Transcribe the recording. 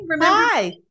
hi